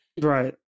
Right